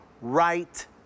right